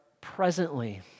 presently